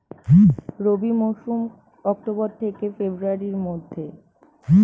রবি মৌসুম অক্টোবর থেকে ফেব্রুয়ারির মধ্যে